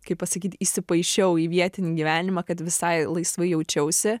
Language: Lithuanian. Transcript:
kaip pasakyt įsipaišiau į vietinį gyvenimą kad visai laisvai jaučiausi